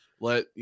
Let